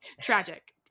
Tragic